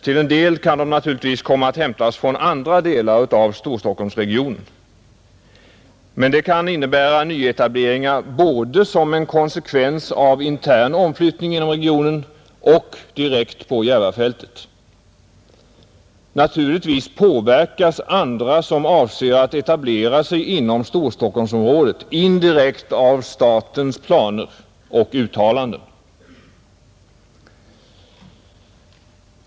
Till en del kan de naturligtvis komma att hämtas från andra delar av Storstockholmsregionen, men det kan innebära nyetableringar både som en konsekvens av intern omflyttning inom regionen och direkt på Järvafältet. Naturligtvis påverkas andra som avser att etablera sig inom Storstockholmsområdet indirekt av statens planer och uttalanden.